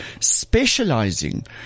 Specializing